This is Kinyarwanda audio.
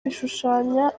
bishushanya